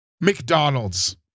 McDonald's